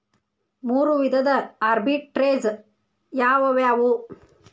ಮೂರು ವಿಧದ ಆರ್ಬಿಟ್ರೆಜ್ ಯಾವವ್ಯಾವು?